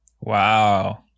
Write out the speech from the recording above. Wow